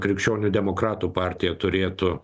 krikščionių demokratų partija turėtų